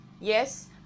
yes